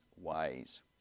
ways